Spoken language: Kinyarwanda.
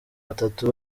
batatu